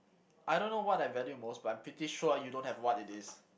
I don't know what I valued most but I'm pretty sure you don't have what it is